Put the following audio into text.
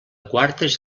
quartes